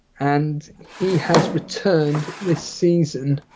and he has returned this season